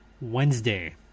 Wednesday